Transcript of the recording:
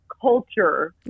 culture